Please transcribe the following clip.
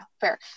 fair